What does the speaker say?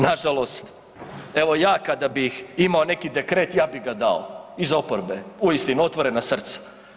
Nažalost, evo ja kada bih imao neki dekret ja bih ga dao iz oporbe uistinu otvorena srca.